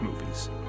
movies